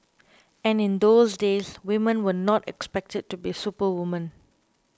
and in those days women were not expected to be superwomen